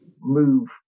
move